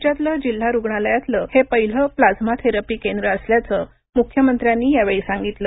राज्यातलं जिल्हा रुग्णालयातलं हे पहिलं प्लाझ्मा थेरपी केंद्र असल्याचं मुख्यमंत्र्यांनी यावेळी सांगितलं